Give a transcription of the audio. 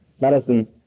medicine